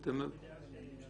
אנחנו בדעה שהריבית